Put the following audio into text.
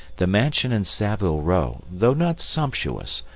the mansion in saville row, though not sumptuous,